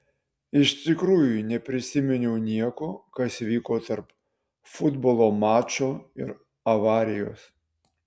iš tikrųjų neprisiminiau nieko kas vyko tarp futbolo mačo ir avarijos